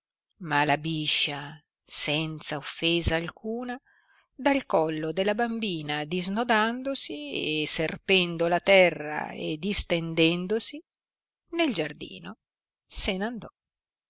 ma la biscia senza offesa alcuna dal collo della bambina disnodandosi e serpendo la terra e distendendosi nel giardino se n andò